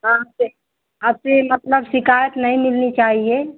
हाँ अब से अब से मतलब शिकायत नहीं मिलनी चाहिए